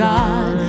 God